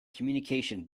communication